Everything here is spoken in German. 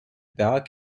berg